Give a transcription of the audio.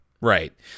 Right